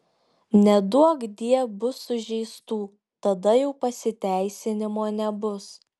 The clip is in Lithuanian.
neduokdie bus sužeistų tada jau pasiteisinimo nebus